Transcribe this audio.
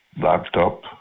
laptop